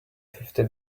fifty